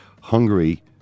Hungary